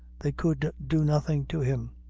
they could do nothing to him.